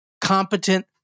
competent